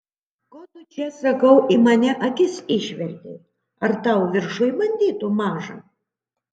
ko tu čia sakau į mane akis išvertei ar tau viršuj banditų maža